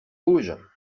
rouges